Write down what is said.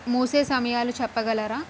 మూసే సమయాలు చెప్పగలరా